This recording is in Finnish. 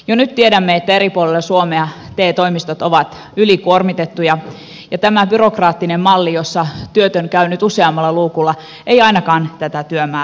jo nyt tiedämme että eri puolilla suomea te toimistot ovat ylikuormitettuja ja tämä byrokraattinen malli jossa työtön käy nyt useammalla luukulla ei ainakaan tätä työmäärää vähennä